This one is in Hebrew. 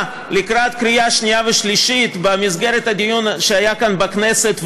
לקראת קריאה שנייה ושלישית במסגרת הדיון שהיה כאן בכנסת,